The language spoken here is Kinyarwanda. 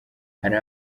hari